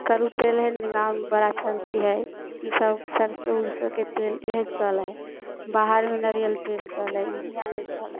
कड़ु तेल हइ ने जे गाँवमे बड़ा चलती हइ ईसब सरिसो उरसोके तेल इएह चलै हइ बाहरमे नरिअर तेल चलै हइ इहाँ नहि चलै हइ